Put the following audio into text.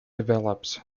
develops